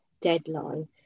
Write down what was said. deadline